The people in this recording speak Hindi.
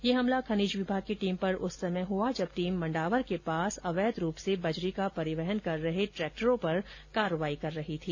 यह हमला खनिज विभाग की टीम पर उस समय हुआ जब टीम मंडावर के समीप अवैध रूप से बजरी का परिवहन कर रहे ट्रैक्टरों पर कार्रवाई कर रही थी